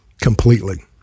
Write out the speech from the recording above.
completely